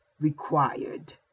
required